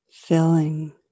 filling